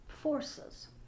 forces